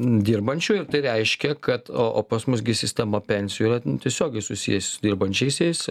dirbančių ir tai reiškia kad o pas mus gi sistema pensijų yra tiesiogiai susiję su dirbančiaisiais